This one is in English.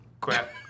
Crap